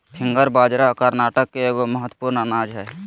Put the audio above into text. finger बाजरा कर्नाटक के एगो महत्वपूर्ण अनाज हइ